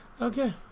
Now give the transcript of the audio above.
Okay